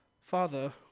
Father